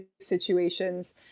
situations